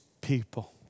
people